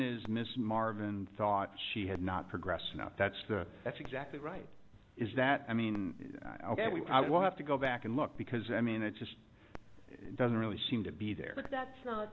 is miss marvin thought she had not progressed now that's the that's exactly right is that i mean i'll keep i will have to go back and look because i mean it just doesn't really seem to be there but that's not